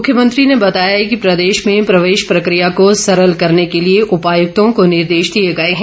मुख्यमंत्री ने बताया कि प्रदेश में प्रवेश प्रक्रिया को सरल करने के लिए उपायुक्तों को निर्देश दिए गए हैं